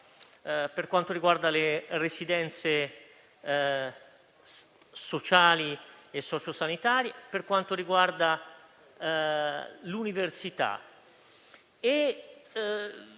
per quanto riguarda le residenze sociali e socio-sanitarie e per quanto riguarda l'università.